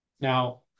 now